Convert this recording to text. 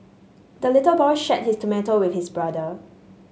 the little boy shared his tomato with his brother